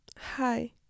Hi